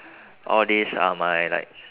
all this are my like